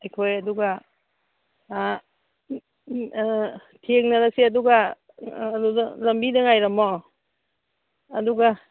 ꯑꯩꯈꯣꯏ ꯑꯗꯨꯒ ꯊꯦꯡꯅꯔꯁꯦ ꯑꯗꯨꯒ ꯑꯗꯨꯗ ꯂꯝꯕꯤꯗ ꯉꯥꯏꯔꯝꯃꯣ ꯑꯗꯨꯒ